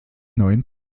neuen